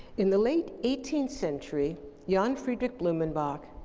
in the late eighteenth century johann friedrich blumenbach,